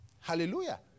Hallelujah